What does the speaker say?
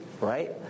right